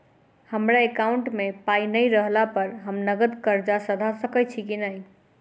हमरा एकाउंट मे पाई नै रहला पर हम नगद कर्जा सधा सकैत छी नै?